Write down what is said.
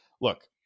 look